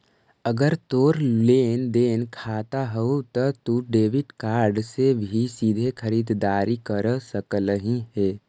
अगर तोर लेन देन खाता हउ त तू डेबिट कार्ड से भी सीधे खरीददारी कर सकलहिं हे